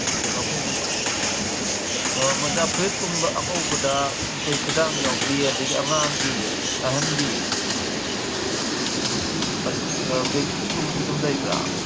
ꯀꯩꯅꯣ ꯑꯩꯈꯣꯏꯒꯤ ꯃꯣꯖꯥ ꯐꯨꯔꯤꯠꯀꯨꯝꯕ ꯑꯉꯧꯕꯗ ꯑꯩꯈꯣꯏ ꯈꯨꯗꯥꯡ ꯌꯥꯎꯕꯤ ꯑꯗꯒꯤ ꯑꯉꯥꯒꯤꯡ ꯑꯍꯟꯒꯤ ꯑꯗꯨꯝ ꯕꯦꯕꯤ ꯁꯨꯠꯀꯨꯝꯕꯁꯨ ꯑꯗꯨꯝ ꯂꯩꯕ꯭ꯔꯥ